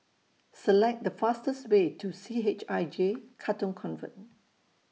Select The fastest Way to C H I J Katong Convent